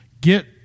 get